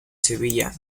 sevilla